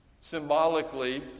Symbolically